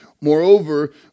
Moreover